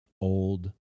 old